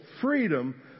freedom